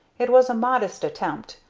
it was a modest attempt,